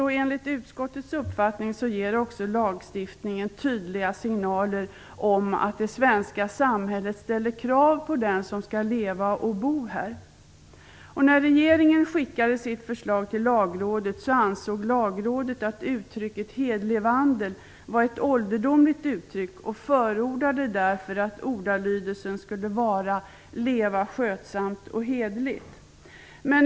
Enligt utskottets uppfattning ger också lagstiftningen tydliga signaler om att det svenska samhället ställer krav på den som skall leva och bo här. När regeringen skickade sitt förslag till Lagrådet ansåg Lagrådet att uttrycket hederlig vandel var ett ålderdomligt uttryck. Man förordade därför att ordalydelsen skulle vara "leva skötsamt och hederligt".